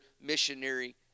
missionary